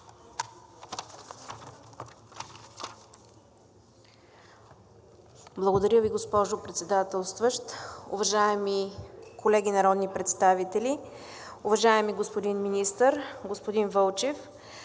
Благодаря Ви, госпожо Председателстваща. Уважаеми колеги народни представители, уважаеми господин Министър, господин Вълчев!